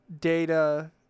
data